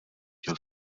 chtěl